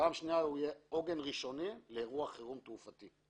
ובפעם השנייה הם יהיו עוגן ראשוני לאירוע חירום תעופתי.